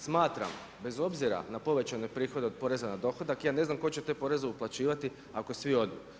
Smatram, bez obzira na povećane prihode od poreza na dohodak, ja ne znam tko će te poreze uplaćivati ako svi odu.